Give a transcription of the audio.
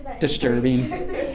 disturbing